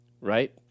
right